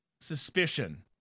suspicion